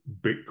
Bitcoin